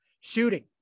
shooting